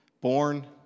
born